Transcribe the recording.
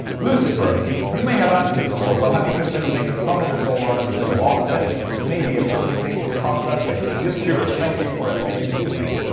lucyfur you may have answered this before but have you considered making some of your solars with a gloss finish? it may be a personal taste or cost aspect. just curious. thank you for everything you do, mate.